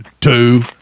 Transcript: two